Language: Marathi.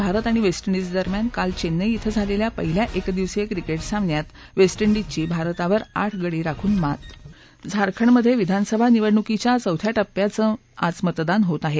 भारत आणि वेस्टइंडिजदरम्यान काल चेन्नई इथं झालेल्या पहिल्या एकदिवसीय क्रिकेट सामन्यात वेस्ट इंडिजची भारतावर आठ गडी राखून मात झारखंडमधे विधानसभा निवडणुकीच्या चौथ्या टप्प्याचं आज मतदान होतं आहे